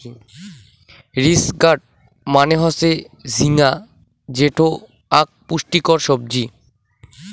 ridge gourd মানে হসে ঝিঙ্গা যেটো আক পুষ্টিকর সবজি